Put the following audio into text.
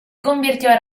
convirtió